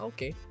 Okay